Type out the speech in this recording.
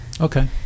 Okay